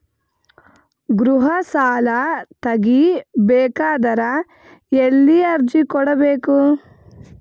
ಗೃಹ ಸಾಲಾ ತಗಿ ಬೇಕಾದರ ಎಲ್ಲಿ ಅರ್ಜಿ ಕೊಡಬೇಕು?